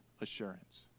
assurance